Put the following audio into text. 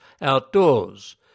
outdoors